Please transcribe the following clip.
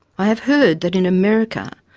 i have heard that in america,